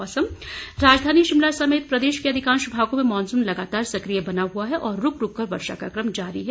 मौसम राजधानी शिमला समेत प्रदेश के अधिकांश भागों में मॉनसून लगातार सकिय बना हुआ है और रूक रूककर वर्षा का कम जारी है